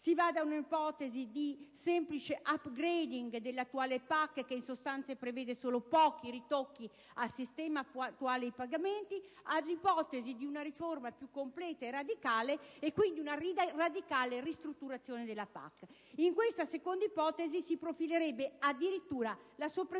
si va da un'ipotesi di semplice *upgrading* dell'attuale PAC che preveda solo pochi ritocchi al sistema attuale di pagamenti, all'ipotesi di una completa e radicale ristrutturazione della PAC. In questa seconda ipotesi si profilerebbe addirittura la soppressione